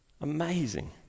amazing